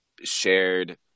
shared